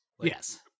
Yes